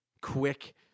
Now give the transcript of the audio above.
quick